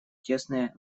тесная